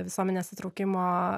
visuomenės įtraukimo